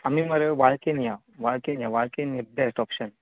आमी मरे वाळकेन या वाळकेन या वाळकेन हें बॅस्ट ऑप्शन